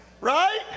Right